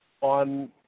on